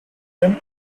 them